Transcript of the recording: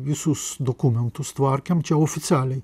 visus dokumentus tvarkėm čia oficialiai